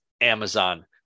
Amazon